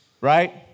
right